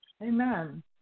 Amen